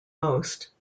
most